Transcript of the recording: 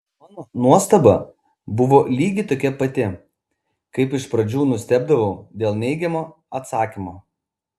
mano nuostaba buvo lygiai tokia pati kaip iš pradžių nustebdavau dėl neigiamo atsakymo